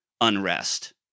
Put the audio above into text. unrest